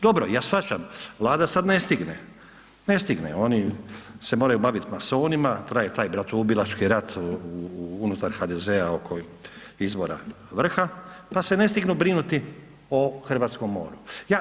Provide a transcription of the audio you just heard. Dobro, ja shvaćam Vlada sad ne stigne, ne stigne, oni se moraju bavit masonima, traje taj bratoubilački rat unutar HDZ-a oko izbora vrha, pa se ne stignu brinuti o hrvatskom moru.